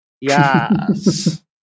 Yes